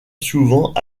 souvent